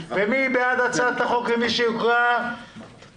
101.5%. זאת ההגדרה של סכום התשלום המרבי.